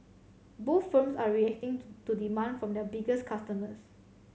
both firms are reacting to to demand from their biggest customers